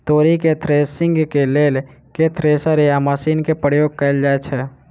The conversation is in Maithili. तोरी केँ थ्रेसरिंग केँ लेल केँ थ्रेसर या मशीन केँ प्रयोग कैल जाएँ छैय?